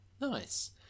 Nice